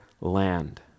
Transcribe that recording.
land